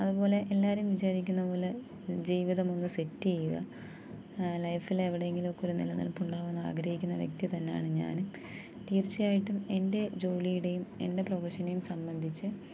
അതുപോലെ എല്ലാവരും വിചാരിക്കുന്ന പോലെ ജീവിതം ഒന്ന് സെറ്റ് ചെയ്യുക ലൈഫിൽ എവിടെയെങ്കിലുമൊക്കെ ഒരു നില നിൽപ്പുണ്ടാകുമെന്ന് ആഗ്രഹിക്കുന്ന വ്യക്തി തന്നെ ആണ് ഞാനും തീർച്ചയായിട്ടും എൻ്റെ ജോലിയുടെയും എൻ്റെ പ്രഫഷനേയും സംബന്ധിച്ച്